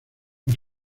por